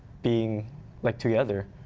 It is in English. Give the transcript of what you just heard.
being like together.